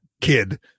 kid